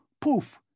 Poof